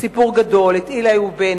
את "אילי ובן",